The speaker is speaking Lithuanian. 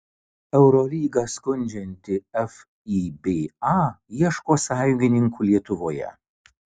eurolygą skundžianti fiba ieško sąjungininkų lietuvoje